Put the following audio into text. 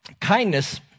Kindness